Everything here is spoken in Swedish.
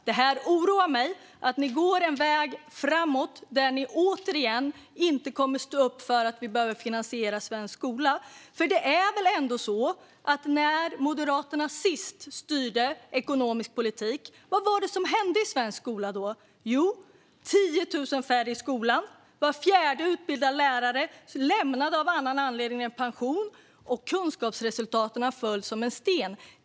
Det oroar mig att de återigen har slagit in på en väg där de inte står upp för att finansiera svensk skola. Vad var det egentligen som hände i svensk skola när Moderaterna styrde den ekonomiska politiken senast? Jo, det blev 10 000 färre anställda i skolan, var fjärde utbildad lärare lämnade skolan av annan anledning än pension och kunskapsresultaten sjönk som en sten.